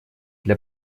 для